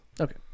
Okay